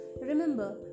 Remember